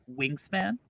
wingspan